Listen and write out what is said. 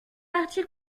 partir